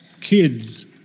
kids